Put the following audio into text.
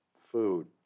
food